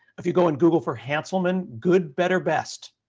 if you go and google for hanselman, good, better, best.